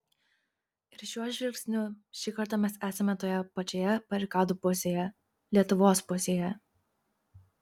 ir šiuo žvilgsniu šį kartą mes esame toje pačioje barikadų pusėje lietuvos pusėje